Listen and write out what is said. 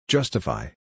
Justify